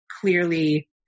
clearly